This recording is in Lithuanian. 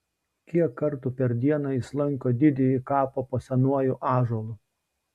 kiek kartų per dieną jis lanko didįjį kapą po senuoju ąžuolu